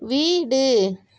வீடு